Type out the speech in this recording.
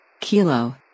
Kilo